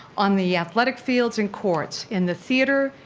on the athletic fields and courts, in the theater,